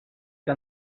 que